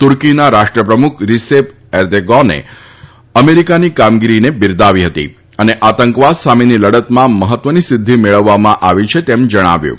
તુર્કીના રાષ્ટ્રપ્રમુખ રિસેપ એર્દેગોને પણ અમેરિકાની કામગીરીને બિરદાવી હતી અને આતંકવાદ સામેની લડતમાં મહત્વની સિદ્ધી મેળવવામાં આવી છે તેમ જણાવ્યું હતું